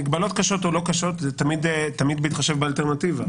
מגבלות קשות או לא קשות זה תמיד בהתחשב באלטרנטיבה,